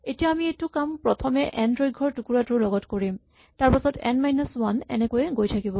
এতিয়া আমি এইটো কাম প্ৰথমে এন দৈৰ্ঘ্যৰ টুকুৰাটোৰ লগত কৰিম তাৰপাছত এন মাইনাচ ৱান এনেকৈয়ে গৈ থাকিব